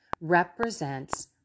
represents